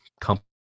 company